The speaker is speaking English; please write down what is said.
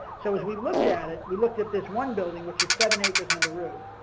so, as we looked at it, we looked at this one building which is seven acres under roof,